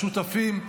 השותפים,